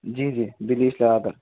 جی جی بلیس لگا کر